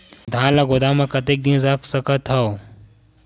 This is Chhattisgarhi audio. धान ल गोदाम म कतेक दिन रख सकथव?